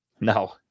no